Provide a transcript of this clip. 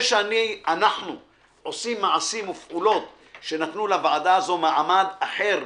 זה שאנחנו עושים מעשים שנתנו לוועדה הזאת מעמד אחר